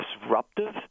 disruptive